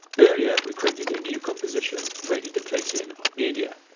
earlier we created a new composition ready to place in our media,